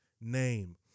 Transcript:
name